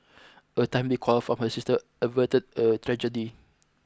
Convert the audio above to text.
a timely call from her sister averted a tragedy